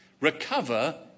recover